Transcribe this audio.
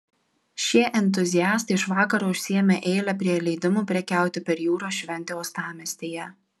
šie entuziastai iš vakaro užsiėmė eilę prie leidimų prekiauti per jūros šventę uostamiestyje